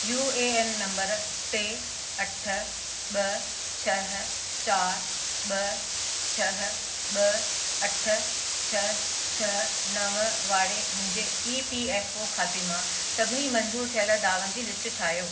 U A N number टे अठ ॿ छ्ह चार ॿ छ्ह ॿ अठ छ्ह छ्ह नव वारे मुंहिंजे ई पी एफ ओ खाते मां सभिनी मंज़ूर थियलु दावनि जी लिस्ट ठाहियो